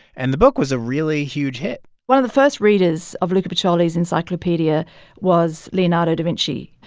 and the book was a really huge hit one of the first readers of luca pacioli's encyclopedia was leonardo da vinci.